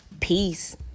Peace